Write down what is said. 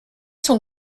sont